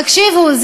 תקשיבו,